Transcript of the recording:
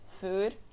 food